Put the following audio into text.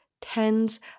tens